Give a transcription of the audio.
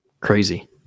Crazy